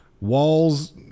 walls